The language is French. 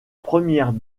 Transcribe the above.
premières